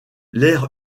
l’aire